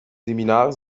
seminare